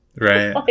Right